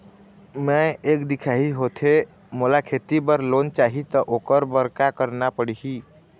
मैं एक दिखाही होथे मोला खेती बर लोन चाही त ओकर बर का का करना पड़ही?